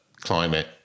climate